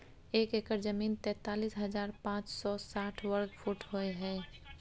एक एकड़ जमीन तैंतालीस हजार पांच सौ साठ वर्ग फुट होय हय